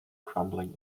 crumbling